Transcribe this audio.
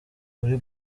muri